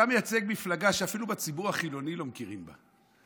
אתה מייצג מפלגה שאפילו בציבור החילוני לא מכירים בה.